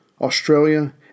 Australia